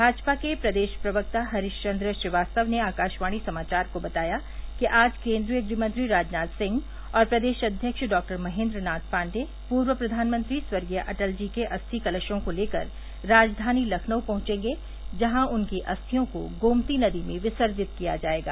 भाजपा के प्रदेश प्रवक्ता हरीशवन्द श्रीवास्तव ने आकाशवाणी समाचार को बताया कि आज केन्द्रीय गृहमंत्री राजनाथ सिंह और प्रदेश अध्यक्ष डॉक्टर महेन्द्रनाथ पाण्डेय पूर्व प्रधानमंत्री स्वर्गीय अटल जी के अस्थि कलशों को लेकर राजधानी लखनऊ पहुंचेंगे जहां उनकी अस्थियों को गोमती नदी में विसर्जित किया जायेगा